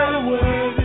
away